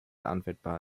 anwendbar